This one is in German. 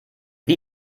wie